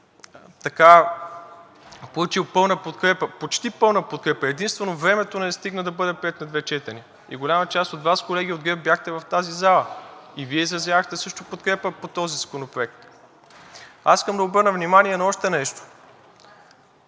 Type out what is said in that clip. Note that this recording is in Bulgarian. беше получил пълна подкрепа, почти пълна подкрепа, единствено времето не стигна да бъде приет на две четения. Голяма част от Вас, колеги от ГЕРБ, бяхте в тази зала и Вие изразявахте също подкрепа по този законопроект. Аз искам да обърна внимание на още нещо.